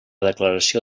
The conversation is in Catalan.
declaració